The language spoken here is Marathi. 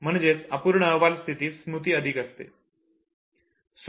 म्हणजेच अपूर्ण अहवाल स्थितीत स्मृती अधिक असते